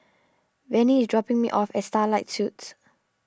Vannie is dropping me off at Starlight Suites